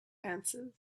answered